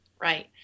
Right